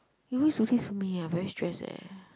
you always for me I very stress eh